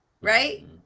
right